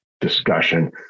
discussion